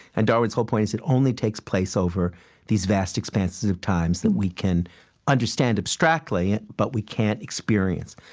and darwin's whole point is, it only takes place over these vast expanses of times that we can understand abstractly, but we can't experience.